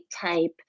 type